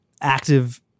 active